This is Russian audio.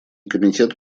комитет